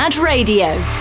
Radio